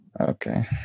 Okay